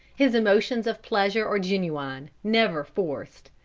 his emotions of pleasure are genuine, never forced.